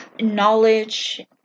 knowledge